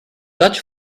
dutch